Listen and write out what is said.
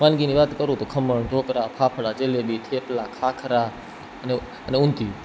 વાનગીની વાત કરું તો ખમણ ઢોકળાં ફાફડા જલેબી થેપલા ખાખરા અને અને ઊંધિયું